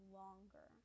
longer